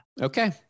Okay